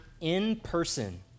in-person